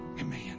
Amen